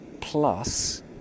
plus